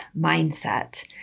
mindset